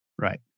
Right